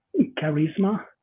charisma